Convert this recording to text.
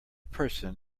person